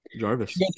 Jarvis